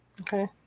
Okay